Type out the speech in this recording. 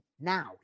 now